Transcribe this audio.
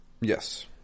Yes